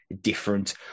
different